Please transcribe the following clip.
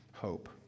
hope